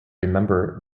remember